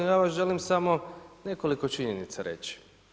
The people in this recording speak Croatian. Ja vam želim samo nekoliko činjenica reći.